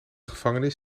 gevangenis